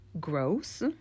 gross